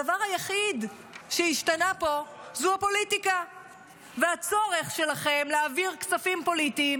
הדבר היחיד שהשתנה פה זו הפוליטיקה והצורך שלכם להעביר כספים פוליטיים